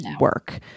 work